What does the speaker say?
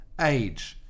Age